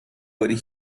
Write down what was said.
would